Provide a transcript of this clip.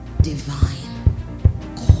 divine